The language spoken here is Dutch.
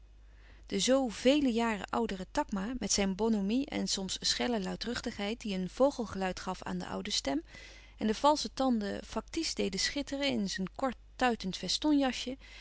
de zoo vele jaren oudere takma met zijn bonhomie en soms schelle luidruchtigheid die een vogelgeluid gaf aan de oude stem en de valsche tanden factice deed schitteren in zijn